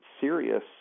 serious